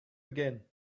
again